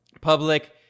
public